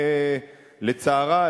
לצערה,